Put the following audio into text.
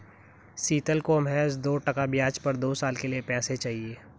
शीतल को महज दो टका ब्याज पर दो साल के लिए पैसे चाहिए